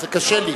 זה קשה לי.